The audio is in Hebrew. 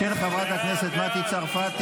של חברת הכנסת מטי צרפתי.